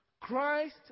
Christ